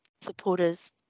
supporters